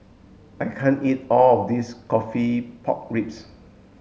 I can't eat all of this coffee pork ribs